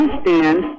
stand